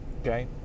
Okay